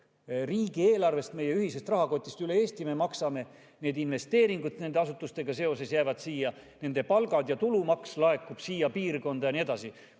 riigieelarvest, meie ühisest rahakotist üle Eesti. Me maksame investeeringud nende asutustega seoses, jäävad siia nende palgad ja tulumaks laekub siia piirkonda ja nii edasi.